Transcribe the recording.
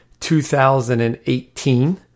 2018